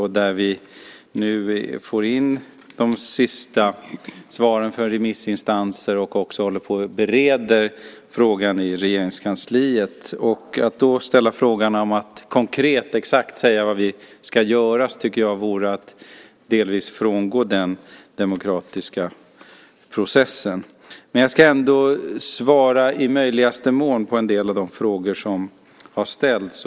Där får vi nu in de sista svaren för remissinstanser och håller också på och bereder frågan i Regeringskansliet. Att då ställa frågan om att konkret, exakt, säga vad vi ska göra tycker jag vore att delvis frångå den demokratiska processen. Jag ska ändå svara i möjligaste mån på en del av de frågor som har ställts.